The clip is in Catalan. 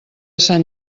sant